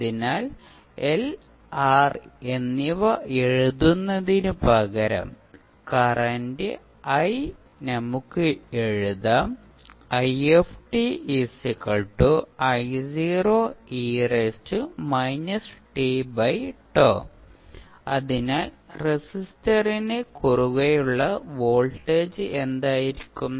അതിനാൽ L R എന്നിവ എഴുതുന്നതിനുപകരം കറന്റ് I നമുക്ക് എഴുതാം അതിനാൽ റെസിസ്റ്ററിന് കുറുകെയുള്ള വോൾട്ടേജ് എന്തായിരിക്കും